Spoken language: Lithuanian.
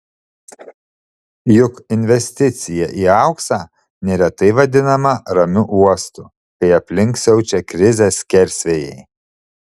juk investicija į auksą neretai vadinama ramiu uostu kai aplink siaučia krizės skersvėjai